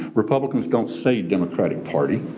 republicans don't say democratic party,